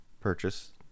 purchase